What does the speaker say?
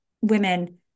women